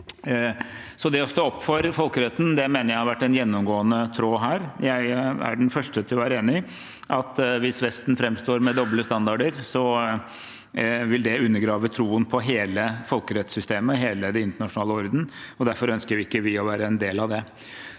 Det å stå opp for folkeretten mener jeg har vært en gjennomgående tråd her. Jeg er den første til å være enig i at hvis Vesten framstår med doble standarder, vil det undergrave troen på hele folkerettssystemet, hele den internasjonale orden, og derfor ønsker ikke vi å være en del av det.